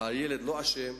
הילד לא אשם.